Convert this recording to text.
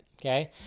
okay